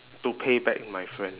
to pay back my friend